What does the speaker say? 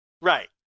Right